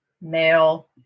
male